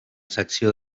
secció